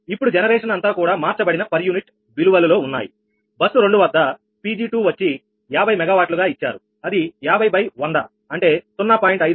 ఇప్పుడు జనరేషన్ అంతా కూడా మార్చబడిన పర్ యూనిట్ విలువలు లో ఉన్నాయి బస్సు రెండు వద్ద 𝑃𝐺2 వచ్చి 50 మెగావాట్లు గా ఇచ్చారు అది 50100 0